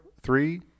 three